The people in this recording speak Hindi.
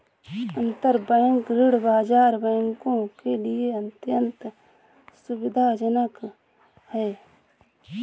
अंतरबैंक ऋण बाजार बैंकों के लिए अत्यंत सुविधाजनक है